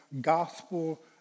gospel